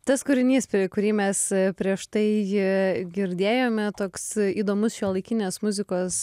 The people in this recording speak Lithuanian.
tas kūrinys kurį mes prieš tai girdėjome toks įdomus šiuolaikinės muzikos